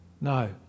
No